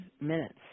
minutes